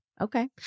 okay